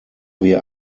wir